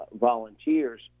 volunteers